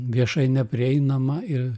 viešai neprieinama ir